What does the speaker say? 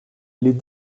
les